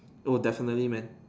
oh definitely man